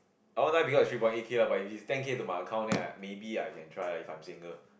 I won't because three point eight K lah but if it's ten K to my account then I maybe I can try ah if I'm single